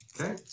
Okay